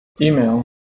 Email